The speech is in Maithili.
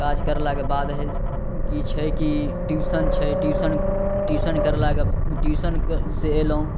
काज कयलाक बाद हइ कि छै कि ट्यूशन छै ट्यूशन ट्यूशन कयलाके ट्यूशन से अयलहुॅं